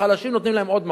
והחלשים נותנים להם עוד מכה.